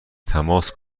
تماس